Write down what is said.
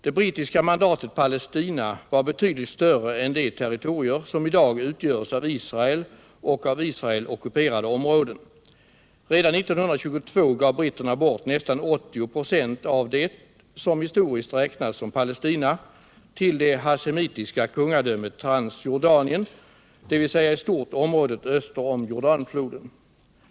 Det brittiska mandatet Palestina var betydligt större än de territorier, som i dag utgörs av Israel och av Israel ockuperade områden. Redan 1922 gav britterna bort nästan 80 96 av det, som historiskt räknats som Palestina, till det hashemitiska kungadömet Transjordanien, dvs. i stort området öster om Jordanfloden.